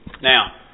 Now